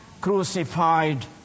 crucified